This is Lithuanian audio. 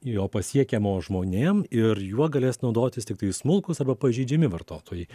jo pasiekiamo žmonėm ir juo galės naudotis tiktai smulkūs arba pažeidžiami vartotojai